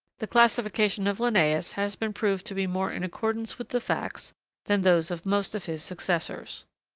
the classification of linnaeus has been proved to be more in accordance with the facts than those of most of his successors.